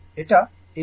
এটা এই দিক